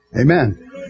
Amen